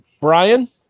Brian